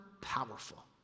powerful